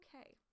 okay